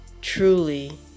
truly